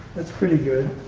that's pretty good.